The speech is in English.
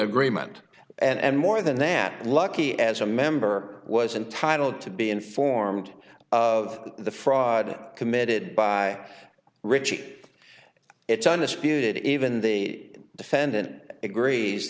agreement and more than that lucky as a member was entitled to be informed of the fraud committed by rich it's undisputed even the defendant agrees